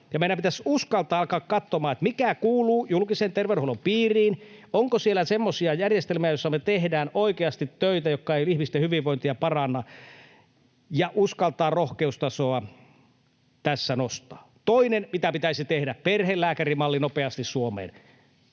meidän pitäisi uskaltaa alkaa katsomaan, mikä kuuluu julkisen terveydenhuollon piiriin, onko siellä semmoisia järjestelmiä, joissa me tehdään oikeasti töitä, jotka eivät ihmisten hyvinvointia paranna, ja uskaltaa rohkeustasoa tässä nostaa. Toinen, mitä pitäisi tehdä: perhelääkärimalli nopeasti Suomeen.